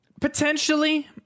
Potentially